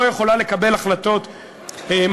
לא יכולה לקבל החלטות משמעותיות.